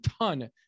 ton